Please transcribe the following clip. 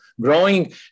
growing